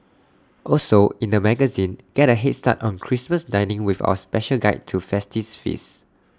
also in the magazine get A Head start on Christmas dining with our special guide to festive feasts